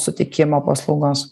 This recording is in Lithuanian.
suteikimo paslaugos